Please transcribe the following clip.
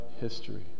history